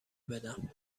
بدم